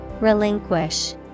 Relinquish